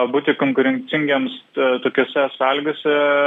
būti konkurencingiems tokiose sąlygose